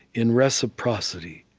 in reciprocity.